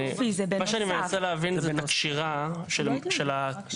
אני מה שאני מנסה להבין זה את הקשירה של התיבה